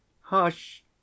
hush